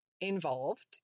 involved